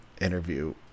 interview